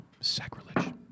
Sacrilege